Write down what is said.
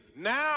now